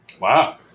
Wow